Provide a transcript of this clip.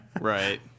Right